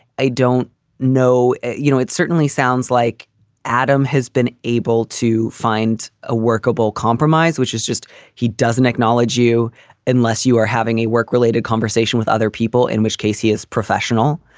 i don't know. you know, it certainly sounds like adam has been able to find a workable compromise, which is just he doesn't acknowledge you unless you are having a work related conversation with other people, in which case he is professional.